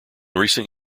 recent